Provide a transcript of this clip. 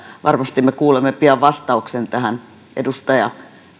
varmasti me kuulemme pian vastauksen tähän edustaja